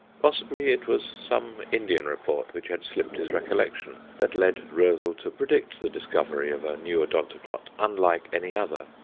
possibly it was some indian report which had slipped his recollection that led roezl to predict the discovery of a new odontoglot, unlike any other,